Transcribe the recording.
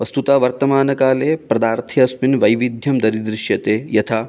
वस्तुतः वर्तमानकाले पदार्थे अस्मिन् वैविध्यं दरीदृश्यते यथा